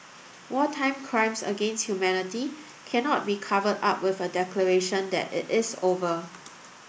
wartime crimes against humanity cannot be covered up with a declaration that it is over